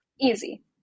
Easy